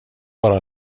bara